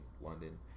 London